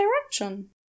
direction